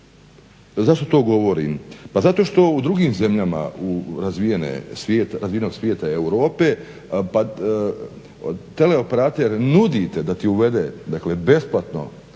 Zašto to govorim? Pa zato što u drugim zemljama razvijenog svijeta i Europe tele operater nudi te da ti uvede, dakle besplatno.